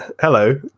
Hello